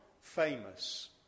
famous